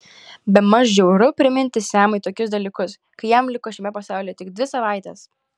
bemaž žiauru priminti semui tokius dalykus kai jam liko šiame pasaulyje tik dvi savaitės